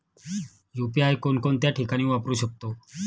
UPI कोणकोणत्या ठिकाणी वापरू शकतो?